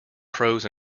pros